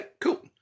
Cool